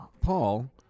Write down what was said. Paul